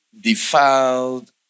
defiled